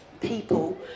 people